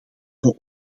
voor